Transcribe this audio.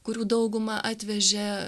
kurių daugumą atvežė